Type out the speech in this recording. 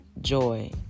joy